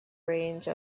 range